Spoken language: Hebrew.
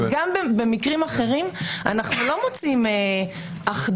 זאת אומרת שגם במקרים אחרים אנחנו לא מוצאים אחדות